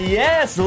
yes